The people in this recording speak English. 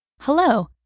Hello